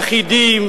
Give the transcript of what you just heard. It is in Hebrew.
יחידים